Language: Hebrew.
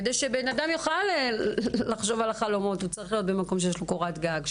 כדי להגשים חלומות אדם צריך להיות עם קורת גג,